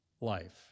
life